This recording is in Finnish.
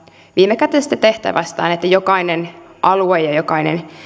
viimekätisestä tehtävästä että jokainen alue ja jokainen